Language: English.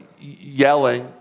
yelling